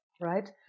right